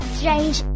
Strange